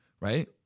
Right